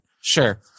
sure